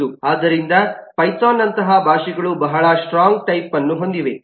ಆದ್ದರಿಂದ ಪೈಥಾನ್ ನಂತಹ ಭಾಷೆಗಳು ಬಹಳ ಸ್ಟ್ರಾಂಗ್ ಟೈಪ್ಅನ್ನು ಹೊಂದಿವೆ